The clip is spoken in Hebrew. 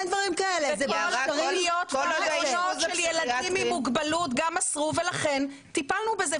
בכל הפנימיות --- של ילדים עם מוגבלות גם אסרו ולכן טיפלנו בזה,